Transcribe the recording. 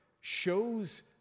shows